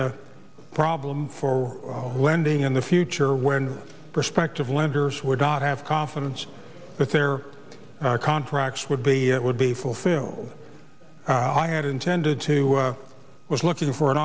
a problem for lending in the future when prospective lenders would not have confidence that their contracts would be it would be fulfilled i had intended to was looking for an